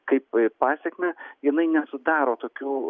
kaip pasekmę jinai nesudaro tokių